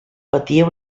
patia